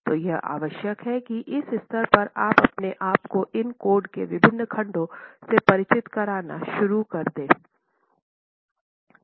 तो यह आवश्यक है कि इस स्तर पर आप अपने आप को इन कोड के विभिन्न खंडों से परिचित कराना शुरू करना हैं